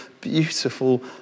beautiful